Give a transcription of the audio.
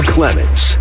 Clements